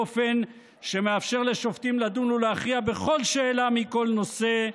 באופן שמאפשר לשופטים לדון ולהכריע בכל שאלה מכל נושא,